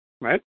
right